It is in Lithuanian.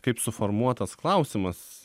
kaip suformuotas klausimas